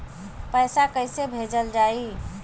पैसा कैसे भेजल जाइ?